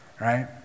right